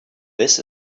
this